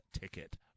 ticket